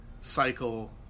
cycle